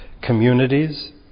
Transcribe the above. communities